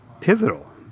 pivotal